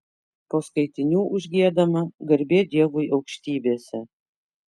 po skaitinių užgiedama garbė dievui aukštybėse